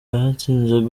hatsinze